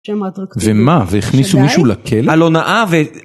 ומה והכניסו מישהו לכלא על הונאה ו